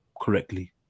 correctly